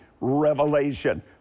revelation